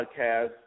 podcast